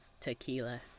tequila